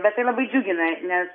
bet tai labai džiugina nes